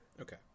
okay